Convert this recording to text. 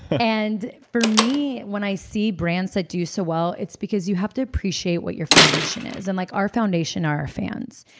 and for me, when i see brands that do so well, it's because you have to appreciate what your foundation is and like our foundation are our fans.